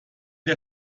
der